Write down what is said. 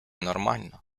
нормально